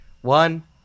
One